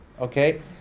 okay